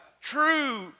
True